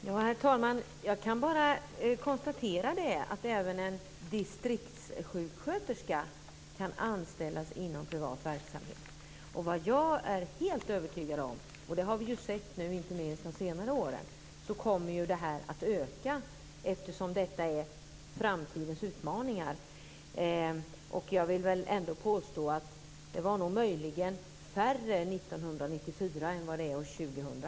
Herr talman! Jag kan bara konstatera att även en distriktssjuksköterska kan anställas inom privat verksamhet. Jag är helt övertygad om - och det har vi nu sett inte minst under de senare åren - att det kommer att öka, eftersom det är framtidens utmaningar. Jag vill ändå påstå att det möjligen var färre år 1994 än vad det är år 2000.